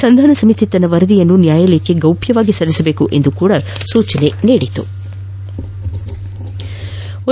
ಸಂಧಾನ ಸಮಿತಿ ತನ್ನ ವರದಿಯನ್ನು ನ್ಯಾಯಾಲಯಕ್ಕೆ ಗೌಪ್ಯವಾಗಿ ಸಲ್ಲಿಸಬೇಕು ಎಂದು ಸೂಚನೆ ನೀಡಿತು